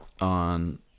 on